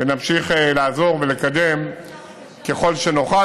נמשיך לעזור ולקדם ככל שנוכל,